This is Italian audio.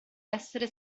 essere